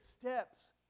steps